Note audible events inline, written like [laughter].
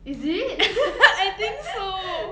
is it [laughs]